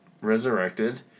resurrected